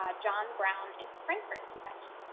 ah john brown in frankfort, kentucky.